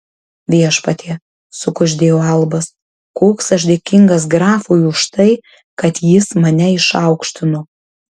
viešpatie sukuždėjo albas koks aš dėkingas grafui už tai kad jis mane išaukštino